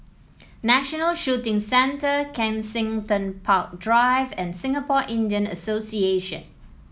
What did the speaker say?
National Shooting Centre Kensington Park Drive and Singapore Indian Association